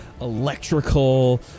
electrical